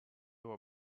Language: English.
were